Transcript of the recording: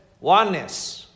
oneness